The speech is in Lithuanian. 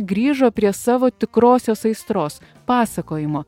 grįžo prie savo tikrosios aistros pasakojimo